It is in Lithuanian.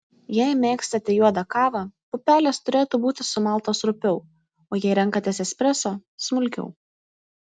jei mėgstate juodą kavą pupelės turėtų būti sumaltos rupiau o jei renkatės espreso smulkiau